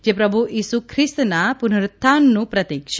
જે પ્રભુ ઇસુ પ્રિસ્તના પુનરુત્થાનનું પ્રતિક છે